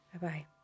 Bye-bye